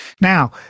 now